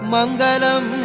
Mangalam